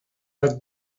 tak